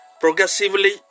progressively